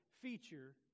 feature